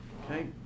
Okay